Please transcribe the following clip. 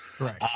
Right